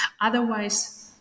Otherwise